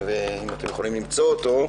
אם אתם יכולים למצוא אותו,